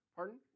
Pardon